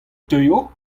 teuio